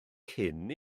cyn